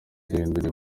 guhindura